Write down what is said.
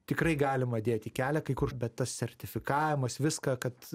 tikrai galima dėt į kelią kai kur bet tas sertifikavimas viska kad